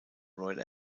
royal